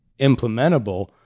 implementable